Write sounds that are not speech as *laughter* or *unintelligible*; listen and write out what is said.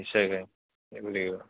*unintelligible*